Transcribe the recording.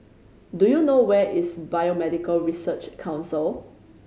do you know where is Biomedical Research Council